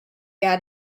out